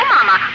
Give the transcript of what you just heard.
Mama